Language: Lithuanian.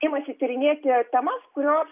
imasi tyrinėti temas kurios